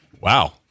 Wow